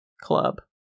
club